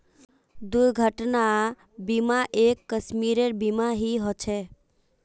दुर्घटना बीमा, एक किस्मेर बीमा ही ह छे